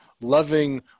loving